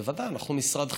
בוודאי, אנחנו משרד חינוך,